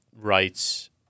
rights –